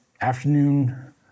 afternoon